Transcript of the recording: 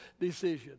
decision